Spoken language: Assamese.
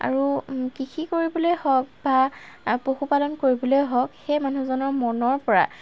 আৰু কৃষি কৰিবলেই হওক বা পশুপালন কৰিবলৈ হওক সেই মানুহজনৰ মনৰ পৰা